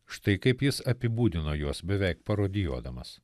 štai kaip jis apibūdino juos beveik parodijuodamas